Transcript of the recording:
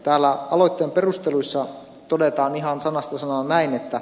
täällä aloitteen perusteluissa todetaan ihan sanasta sanaan näin